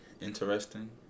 interesting